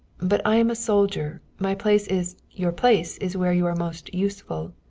but i am a soldier. my place is your place is where you are most useful.